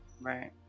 right